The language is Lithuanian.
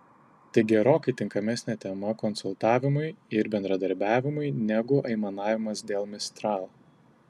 tai gerokai tinkamesnė tema konsultavimui ir bendradarbiavimui negu aimanavimas dėl mistral